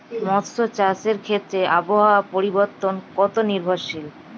মৎস্য চাষের ক্ষেত্রে আবহাওয়া পরিবর্তন কত নির্ভরশীল?